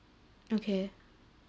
okay